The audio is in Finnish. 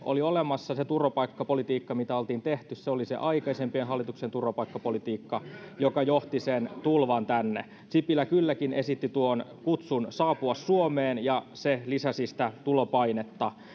oli olemassa se turvapaikkapolitiikka mitä oltiin tehty oli aikaisempien hallitusten turvapaikkapolitiikkaa joka johti sen tulvan tänne sipilä kylläkin esitti tuon kutsun saapua suomeen ja se lisäsi sitä tulopainetta